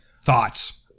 Thoughts